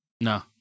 No